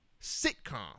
sitcom